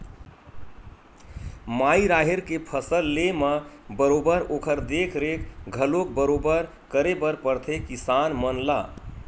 माई राहेर के फसल लेय म बरोबर ओखर देख रेख घलोक बरोबर करे बर परथे किसान मन ला